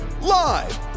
Live